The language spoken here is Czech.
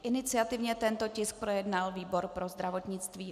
Iniciativně tento tisk projednal výbor pro zdravotnictví.